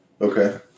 Okay